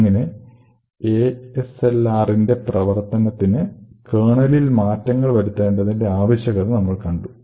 അങ്ങിനെ ASLR ന്റെ പ്രവർത്തനത്തിന് കെർണലിൽ മാറ്റങ്ങൾ വരുത്തേണ്ടതിന്റെ ആവശ്യകത നമ്മൾ കണ്ടു